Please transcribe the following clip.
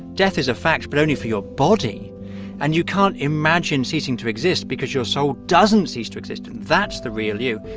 death is a fact, but only for your body and you can't imagine ceasing to exist because your soul so doesn't cease to exist and that's the real you,